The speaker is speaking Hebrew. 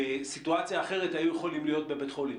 שבסיטואציה אחרת היו יכולים להיות בבית החולים.